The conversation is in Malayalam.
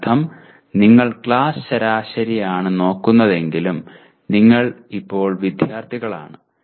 അതിനർത്ഥം നിങ്ങൾ ക്ലാസ് ശരാശരിയാണ് നോക്കുന്നതെങ്കിലും നിങ്ങൾ ഇപ്പോൾ വിദ്യാർത്ഥികളാണ്